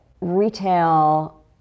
retail